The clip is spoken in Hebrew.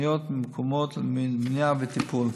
תוכניות ממוקדות למניעה וטיפול.